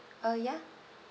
uh ya